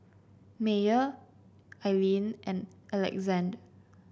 Meyer Ilene and Alexande